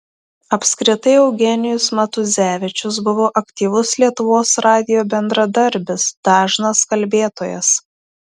apskritai eugenijus matuzevičius buvo aktyvus lietuvos radijo bendradarbis dažnas kalbėtojas